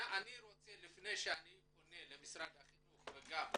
אני רוצה לפני שאני פונה למשרד החינוך וגם לסוכנות,